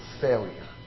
failure